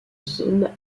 zone